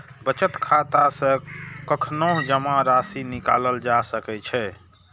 बचत खाता सं कखनहुं जमा राशि निकालल जा सकै छै